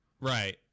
right